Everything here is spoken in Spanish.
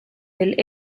del